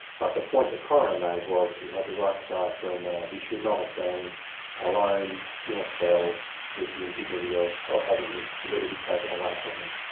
but the point the coroner made was he had the right to die a free man, he should not have been alone in a cell with the indignity of of having his liberty taken away from him.